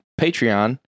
Patreon